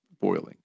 boiling